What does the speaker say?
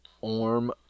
Orm